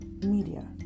media